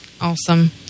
Awesome